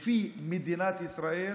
לפי מדינת ישראל